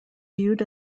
viewed